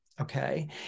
okay